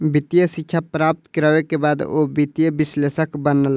वित्तीय शिक्षा प्राप्त करै के बाद ओ वित्तीय विश्लेषक बनला